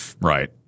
Right